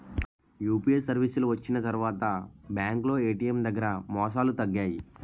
UPI సర్వీసులు వచ్చిన తర్వాత బ్యాంకులో ఏటీఎం దగ్గర మోసాలు తగ్గాయి